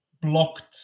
blocked